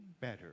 better